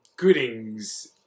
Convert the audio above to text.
goodings